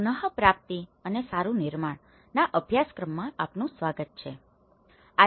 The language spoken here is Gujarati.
હું આર્કિટેક્ચર અને પ્લાનિંગ વિભાગ IIT રૂરકીમાં આસિસ્ટન્ટ પ્રોફેસર છું